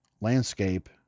landscape